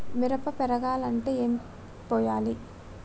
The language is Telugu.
మిరప పెరగాలంటే ఏం పోయాలి?